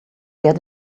get